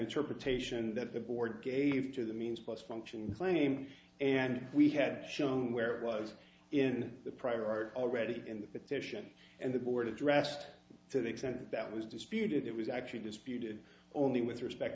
interpretation that the board gave to the means plus function claimed and we had shown where it was in the prior art already in the petition and the board addressed to the extent that was disputed it was actually disputed only with respect